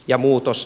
ja muutos